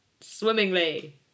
swimmingly